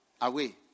Away